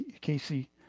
Casey